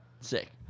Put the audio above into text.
Sick